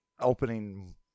opening